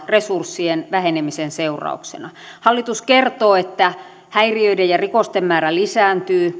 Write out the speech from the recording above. resurssien vähenemisen seurauksena luetellaan sivutolkulla hallitus kertoo että häiriöiden ja rikosten määrä lisääntyy